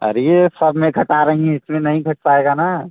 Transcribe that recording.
अर ये सब में घटा रहीं हैं इसमें नहीं घट पाएगा ना